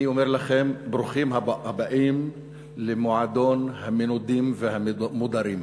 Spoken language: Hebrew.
אני אומר לכם: ברוכים הבאים למועדון המנודים והמודרים,